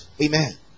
Amen